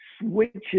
switches